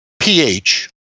pH